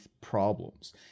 problems